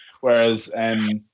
whereas